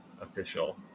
official